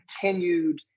continued